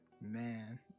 Man